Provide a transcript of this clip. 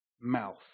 mouth